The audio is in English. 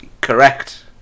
Correct